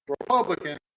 Republican